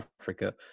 Africa